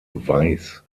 weiss